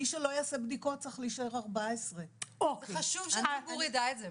מי שלא יעשה בדיקות צריך להישאר 14. וחשוב שהציבור ידע את זה,